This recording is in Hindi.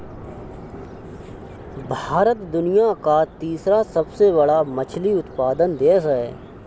भारत दुनिया का तीसरा सबसे बड़ा मछली उत्पादक देश है